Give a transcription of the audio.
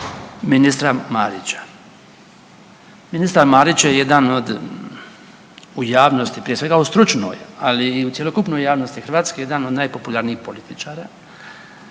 ministra Marića. Ministar Marić je jedan od u javnosti prije svega u stručnoj, ali i u cjelokupnoj javnosti Hrvatske jedan od najpopularnijih političara